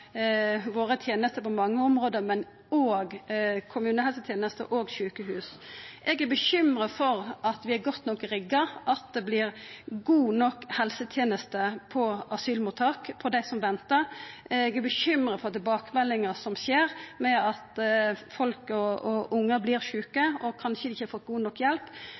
våre på mange område, men òg kommunehelsetenesta og sjukehusa. Eg er bekymra for om vi er godt nok rigga, at det vert god nok helseteneste på asylmottak for dei som ventar. Eg er bekymra for tilbakemeldingar om at folk og ungar vert sjuke og kanskje ikkje har fått god nok hjelp.